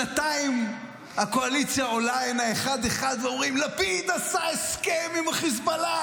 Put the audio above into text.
אבל שנתיים הקואליציה עולה הנה אחד-אחד ואומרים: לפיד עשה הסכם עם החיזבאללה